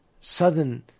southern